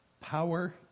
power